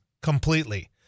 completely